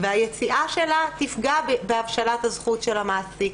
והיציאה שלה תפגע בהבשלת הזכות של המעסיק.